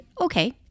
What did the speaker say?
okay